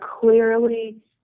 clearly